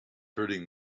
hurting